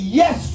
yes